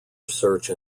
research